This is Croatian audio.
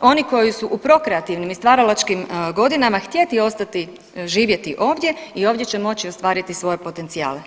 oni koji su u prokreativnim i stvaralačkim godinama htjeti ostati živjeti ovdje i ovdje će moći ostvariti svoje potencijale.